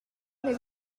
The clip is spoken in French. n’est